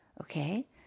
Okay